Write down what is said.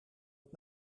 het